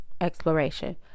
exploration